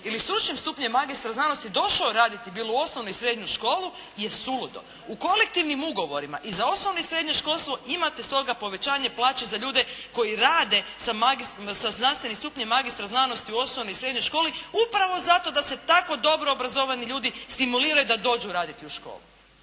ili stručnim stupnjem magistra znanosti došao raditi bilo u osnovnu ili srednju školu je suludo. U kolektivnim ugovorima i za osnovno i za srednje školstvo imate stoga povećanje plaće za ljude koji rade sa znanstvenim stupnjem magistra znanosti u osnovnoj i srednjoj školi upravo zato da se tako dobro obrazovani ljudi stimuliraju da dođu raditi u školu.